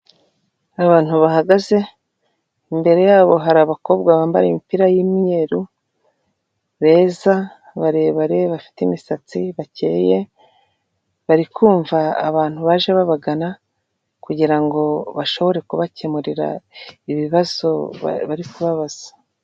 Abantu bahagaze, imbere yabo hari abakobwa bambaye imipira y'imweru, beza, barebare, bafite imisatsi, bakeye, bari kumva abantu baje babagana, kugira ngo bashobore kubakemurira ibibazo bari kubabaza.